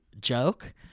joke